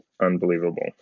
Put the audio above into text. unbelievable